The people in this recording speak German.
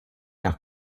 nach